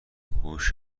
هوش